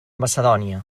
macedònia